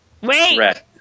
wait